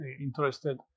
interested